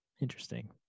interesting